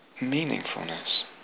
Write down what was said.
meaningfulness